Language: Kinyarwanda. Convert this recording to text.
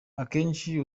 akenshi